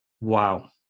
wow